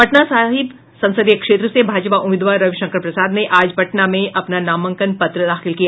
पटना साहिब संसदीय क्षेत्र से भाजपा उम्मीदवार रविशंकर प्रसाद ने आज पटना में अपना नामांकन पत्र दाखिल किया